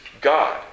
God